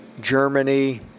Germany